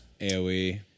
AoE